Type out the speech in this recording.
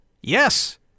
Yes